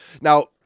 Now